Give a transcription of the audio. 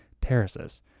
terraces